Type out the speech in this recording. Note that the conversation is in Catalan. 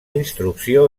instrucció